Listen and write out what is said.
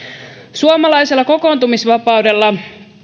suomalaisella kokoontumisvapaudella